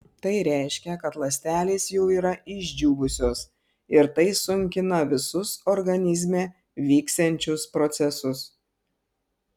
tai reiškia kad ląstelės jau yra išdžiūvusios ir tai sunkina visus organizme vyksiančius procesus